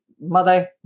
mother